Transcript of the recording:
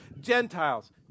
Gentiles